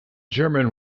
german